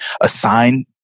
assign